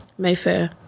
Mayfair